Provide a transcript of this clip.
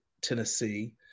Tennessee